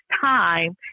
time